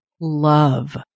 love